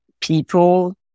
people